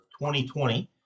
2020